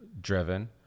driven